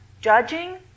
judging